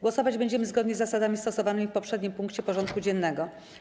Głosować będziemy zgodnie z zasadami stosowanymi w poprzednim punkcie porządku dziennego.